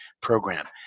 program